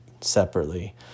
separately